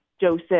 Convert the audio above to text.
Joseph